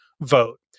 vote